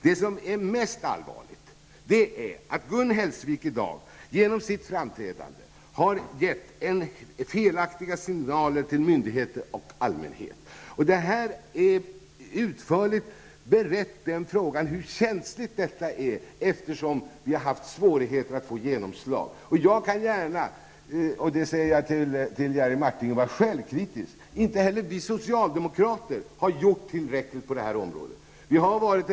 Det som är mest allvarligt är att Gun Hellsvik i dag genom sitt framträdande har gett felaktiga signaler till myndigheter och allmänhet. Frågan om hur känsligt detta är har utretts utförligt, eftersom vi har haft svårigheter att få genomslag. Till Jerry Martinger kan jag säga att jag gärna kan vara självkritisk -- inte heller vi socialdemokrater har gjort tillräckligt på detta område.